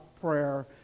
prayer